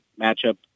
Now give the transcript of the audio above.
matchup